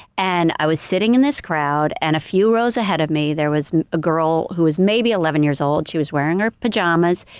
and i was sitting in this crowd and a few rows ahead of me there was a girl who was maybe eleven years old. she was wearing her pajamas,